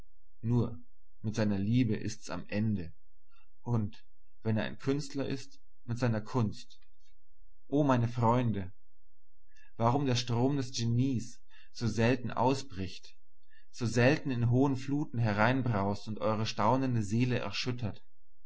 nur mit seiner liebe ist's am ende und wenn er ein künstler ist mit seiner kunst o meine freunde warum der strom des genies so selten ausbricht so selten in hohen fluten hereinbraust und eure staunende seele erschüttert